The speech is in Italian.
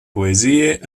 poesie